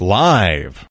live